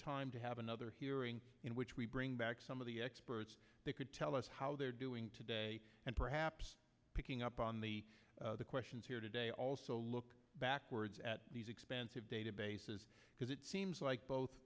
time to have another hearing in which we bring back some of the experts that could tell us how they're doing today and perhaps picking up on the questions here today also look backwards at these expensive databases because it seems like both